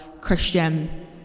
Christian